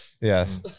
yes